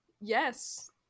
Yes